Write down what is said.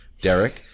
Derek